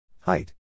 Height